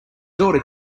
daughter